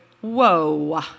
whoa